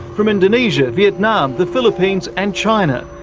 from indonesia, vietnam, the philippines and china.